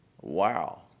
Wow